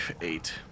eight